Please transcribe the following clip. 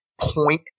point